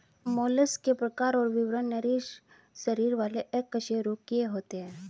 mollusc के प्रकार और विवरण नरम शरीर वाले अकशेरूकीय होते हैं